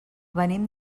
venim